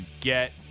get